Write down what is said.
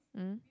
mm